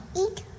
Eat